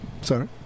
Sorry